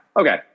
okay